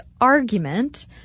argument